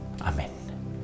Amen